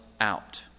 out